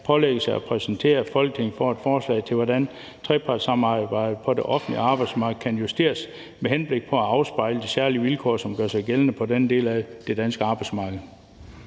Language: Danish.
pålægges at præsentere Folketinget for et forslag til, hvordan trepartssamarbejdet på det offentlige arbejdsmarked kan justeres med henblik på at afspejle de særlige vilkår, som gør sig gældende på den del af det danske arbejdsmarked.